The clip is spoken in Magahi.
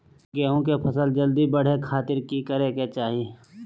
गेहूं के फसल जल्दी बड़े खातिर की करे के चाही?